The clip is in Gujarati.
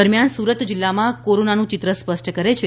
દરમિયાન સુરત જિલ્લામાં કોરોનાનું ચિત્ર સ્પષ્ટ કરે છે